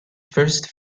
first